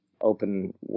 open